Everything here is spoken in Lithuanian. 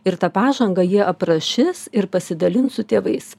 ir tą pažangą jie aprašis ir pasidalins su tėvais